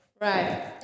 Right